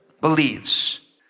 Believes